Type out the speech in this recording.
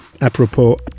Apropos